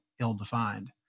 ill-defined